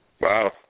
Wow